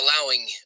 allowing